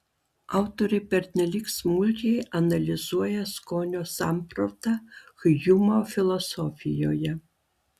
autoriai pernelyg smulkiai analizuoja skonio sampratą hjumo filosofijoje